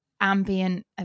ambient